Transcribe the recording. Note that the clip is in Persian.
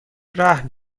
رهن